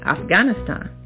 Afghanistan